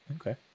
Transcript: Okay